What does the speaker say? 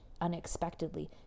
unexpectedly